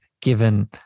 given